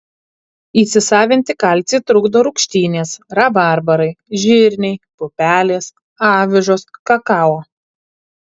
įsisavinti kalcį trukdo rūgštynės rabarbarai žirniai pupelės avižos kakao